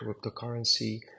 cryptocurrency